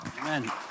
Amen